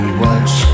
watch